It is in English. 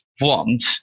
want